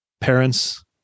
parents